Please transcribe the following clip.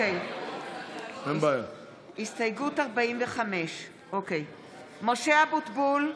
(קוראת בשמות חברי הכנסת) משה אבוטבול,